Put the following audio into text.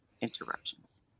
interruptions